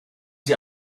sie